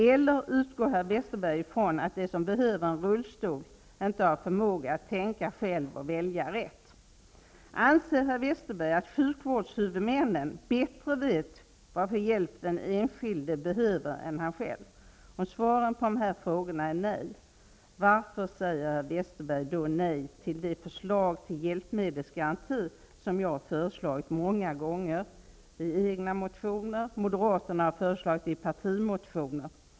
Eller utgår herr Westerberg ifrån att de som behöver en rullstol inte har förmåga att tänka själva och välja rätt? Anser herr Westerberg att sjukvårdshuvudmännen bättre vet vilken hjälp den enskilde behöver än han själv? Om svaren på de här frågorna är nej, varför säger herr Westerberg då nej till det förslag till hjälmedelsgaranti som jag har tagit upp många gånger i egna motioner? Moderaterna har också haft detta förslag i partimotioner.